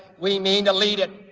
we mean to lead it